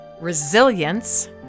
resilience